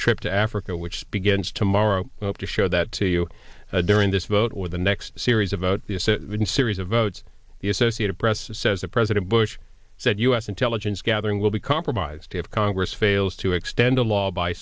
trip to africa which begins tomorrow to show that to you during this vote or the next series of a series of votes the associated press says that president bush said u s intelligence gathering will be compromised if congress fails to extend a law by